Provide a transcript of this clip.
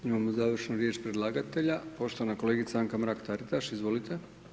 Imamo završnu riječ predlagatelja, poštovana kolegica Anka Mrak Taritaš, izvolite.